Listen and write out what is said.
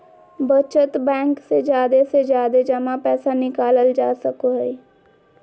बचत बैंक से जादे से जादे जमा पैसा निकालल जा सको हय